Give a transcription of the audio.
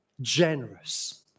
generous